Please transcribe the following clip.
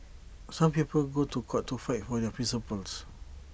some people go to court to fight for their principles